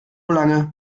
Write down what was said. lange